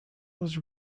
was